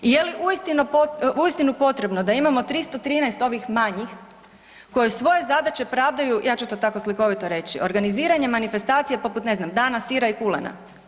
I je li uistinu potrebno da imamo 313 ovih manjih koje svoje zadaće pravdaju, ja ću to tako slikovito reći, organiziranjem manifestacije poput ne znam dana sira i kulena.